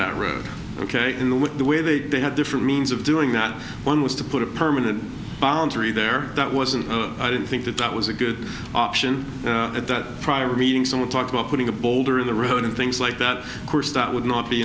that road ok in the with the way they did they had different means of doing that one was to put a permanent boundary there that wasn't i didn't think that that was a good option at that prior meeting someone talked about putting a boulder in the road and things like that of course that would not be